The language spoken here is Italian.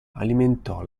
alimentò